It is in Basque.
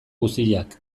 guziak